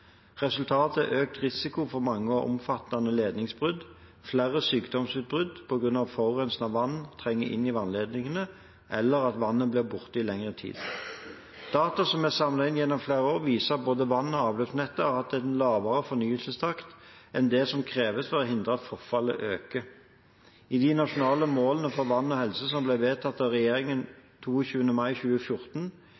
Resultatet er økt risiko for mange og omfattende ledningsbrudd, flere sykdomsutbrudd på grunn av at forurenset vann trenger inn i vannledningene, eller at vannet blir borte i lengre tid. Data som er samlet inn gjennom flere år, viser at både vann- og avløpsnettet har hatt en lavere fornyelsestakt enn det som kreves for å hindre at forfallet øker. I de nasjonale målene for vann og helse som ble vedtatt av regjeringen